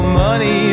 money